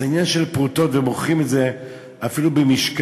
זה עניין של פרוטות, ומוכרים את זה אפילו במשקל.